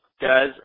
guys